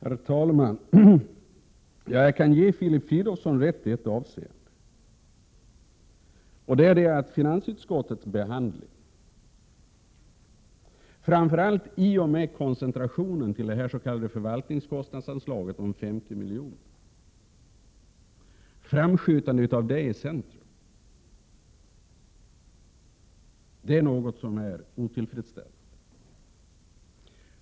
Herr talman! Jag kan ge Filip Fridolfsson rätt i ett avseende. Finansutskottets behandling är otillfredsställande, framför allt i och med den koncentration till det s.k. förvaltningskostnadsanslaget om 50 miljoner som har skett.